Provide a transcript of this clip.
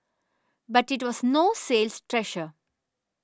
but it was no sales treasure